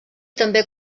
també